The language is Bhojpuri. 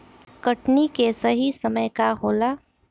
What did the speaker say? कटनी के सही समय का होला?